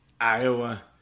Iowa